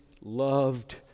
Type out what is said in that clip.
loved